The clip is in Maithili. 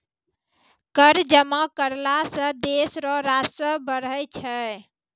कर जमा करला सं देस रो राजस्व बढ़ै छै